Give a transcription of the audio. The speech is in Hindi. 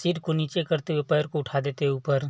सिर को नीचे करते हुए पैर को उठा देते ऊपर